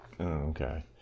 Okay